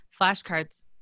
flashcards